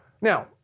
Now